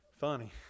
Funny